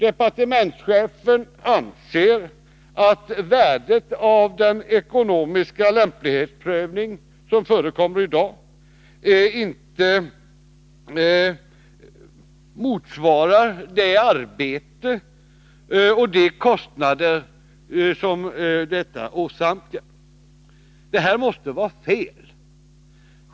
Departementschefen anser att värdet av den ekonomiska lämplighetsprövningen inte motsvarar det arbete och de kostnader som uppstår. Detta måste vara fel.